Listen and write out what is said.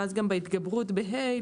ואז גם בהתגברות ב-ה',